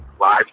live